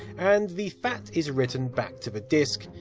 and the fat is written back to disk.